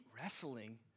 wrestling